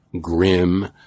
grim